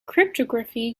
cryptography